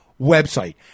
website